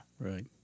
right